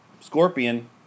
Scorpion